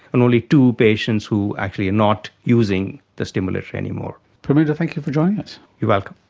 and only two patients who actually are not using the stimulation anymore. perminder, thank you for joining us. you're welcome.